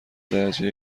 درجه